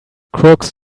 crooks